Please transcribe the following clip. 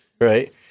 right